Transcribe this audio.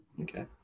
Okay